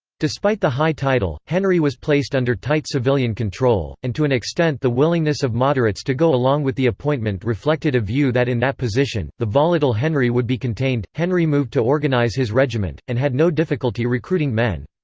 despite the high title, henry was placed under tight civilian control, and to an extent the willingness of moderates to go along with the appointment reflected a view that in that position, the volatile henry would be contained henry moved to organize his regiment, and had no difficulty recruiting men.